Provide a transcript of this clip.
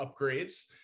upgrades